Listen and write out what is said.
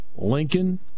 Lincoln